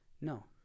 No